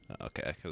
Okay